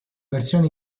versione